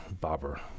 bobber